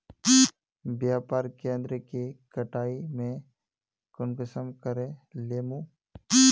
व्यापार केन्द्र के कटाई में कुंसम करे लेमु?